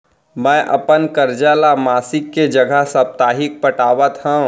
मै अपन कर्जा ला मासिक के जगह साप्ताहिक पटावत हव